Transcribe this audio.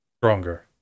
stronger